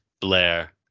Blair